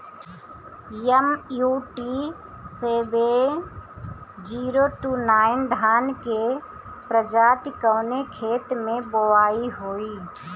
MUT seven zero two nine धान के प्रजाति कवने खेत मै बोआई होई?